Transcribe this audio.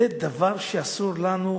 זה דבר שאסור לנו,